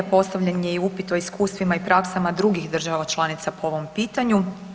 Postavljen je i upit o iskustvima i praksama drugih država članica po ovom pitanju.